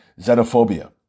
xenophobia